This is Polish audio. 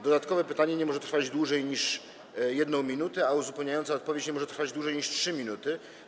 Dodatkowe pytanie nie może trwać dłużej niż 1 minutę, a uzupełniająca odpowiedź nie może trwać dłużej niż 3 minuty.